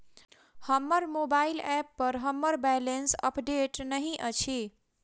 हमर mobile app पर हमर बैलेंस अपडेट नहि अछि